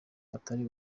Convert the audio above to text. atari